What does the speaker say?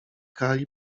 kali